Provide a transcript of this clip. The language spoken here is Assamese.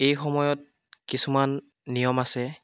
এই সময়ত কিছুমান নিয়ম আছে